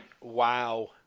Wow